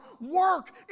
work